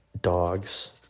dogs